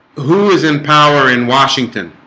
who is in power in washington?